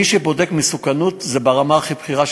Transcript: מי שבודק מסוכנות הוא ברמה הכי בכירה,